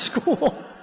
school